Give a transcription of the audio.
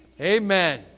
Amen